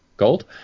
Gold